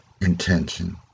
intention